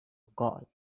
call